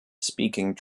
speaking